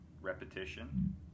repetition